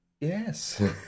Yes